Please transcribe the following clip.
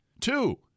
Two